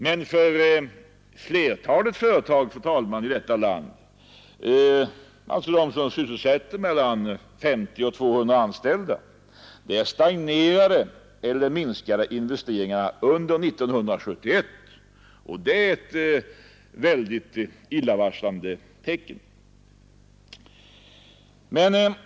Men, fru talman, för flertalet företag i detta land, alltså de som sysselsätter mellan 50 och 200 anställda, stagnerade eller minskade investeringarna under 1971. Det är ett mycket illavarslande tecken.